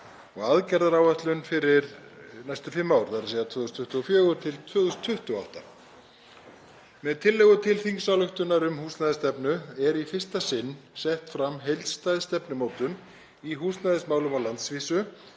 og aðgerðaáætlun fyrir næstu fimm ár, þ.e. 2024–2028. Með tillögu til þingsályktunar um húsnæðisstefnu er í fyrsta sinn sett fram heildstæð stefnumótun í húsnæðismálum á landsvísu